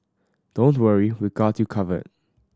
don't worry we've got you covered